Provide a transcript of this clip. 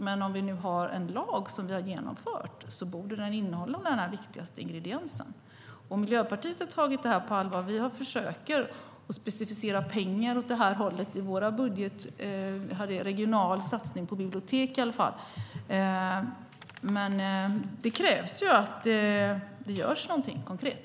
Men om vi nu har en lag som vi har infört borde den innehålla den viktigaste ingrediensen. Miljöpartiet har tagit det på allvar och försöker specificera pengar åt det här hållet i våra förslag. Vi hade i alla fall en regional satsning på bibliotek. Det krävs ju att det görs något konkret.